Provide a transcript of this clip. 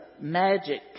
magic